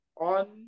on